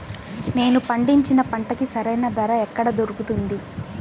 నేను పండించిన పంటకి సరైన ధర ఎక్కడ దొరుకుతుంది?